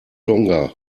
tonga